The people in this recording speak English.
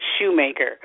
shoemaker